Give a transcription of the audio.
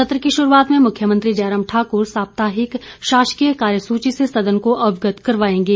सत्र की शुरूआत में मुख्यमंत्री जयराम ठाकर साप्ताहिक शासकीय कार्यसूची से सदन को अवगत करवाएंगे